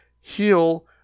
heal